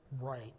right